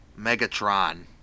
Megatron